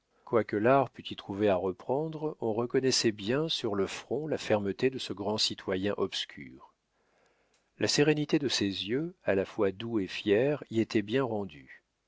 quoique l'art pût y trouver à reprendre on reconnaissait bien sur le front la fermeté de ce grand citoyen obscur la sérénité de ses yeux à la fois doux et fiers y était bien rendue